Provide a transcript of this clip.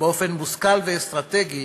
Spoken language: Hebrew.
באופן מושכל ואסטרטגי,